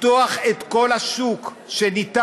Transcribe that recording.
לפתוח את כל השוק שאפשר,